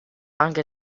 anche